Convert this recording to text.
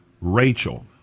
Rachel